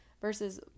Versus